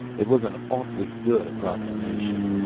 it was an awfully good approximation!